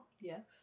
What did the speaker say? Yes